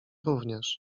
również